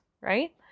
right